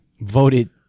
voted